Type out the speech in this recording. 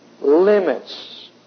limits